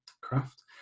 craft